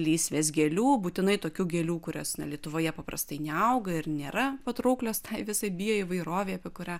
lysvės gėlių būtinai tokių gėlių kurios na lietuvoje paprastai neauga ir nėra patrauklios tai visai bio įvairovei apie kurią